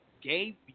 gay